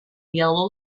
yellow